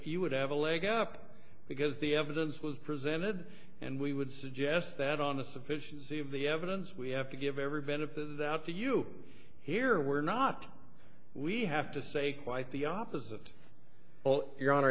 he would have a leg up because the evidence was presented and we would suggest that on the sufficiency of the evidence we have to give every benefit out to you here we're not we have to say quite the opposite all your honor